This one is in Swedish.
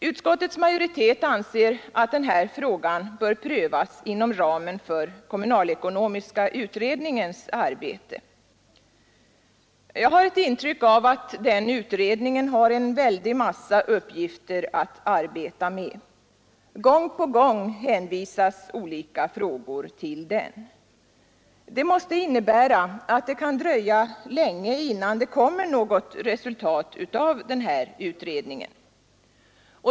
Utskottets majoritet anser att den här frågan bör prövas inom ramen för kommunalekonomiska utredningens arbete. Jag har ett intryck av att den utredningen har en väldig massa uppgifter att arbeta med. Gång på gång hänvisas olika frågor till den. Det måste innebära att det kan dröja länge innan det kommer något resultat av utredningen.